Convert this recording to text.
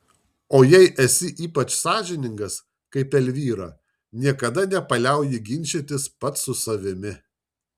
o jei esi ypač sąžiningas kaip elvyra niekada nepaliauji ginčytis pats su savimi